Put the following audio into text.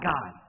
God